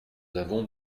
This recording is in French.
avons